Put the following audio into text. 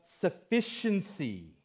sufficiency